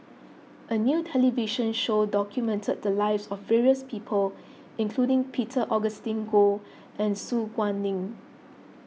a new television show document the lives of various people including Peter Augustine Goh and Su Guaning